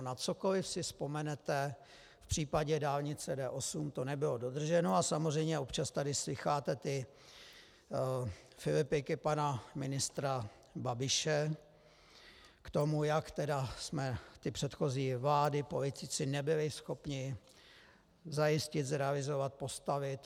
Na cokoli si vzpomenete v případě dálnice D8, to nebylo dodrženo, a samozřejmě občas tady slýcháte ty filipiky pana ministra Babiše k tomu, jak jsme ty předchozí vlády, politici nebyli schopni zajistit, zrealizovat, postavit.